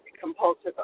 compulsive